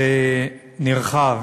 ונרחב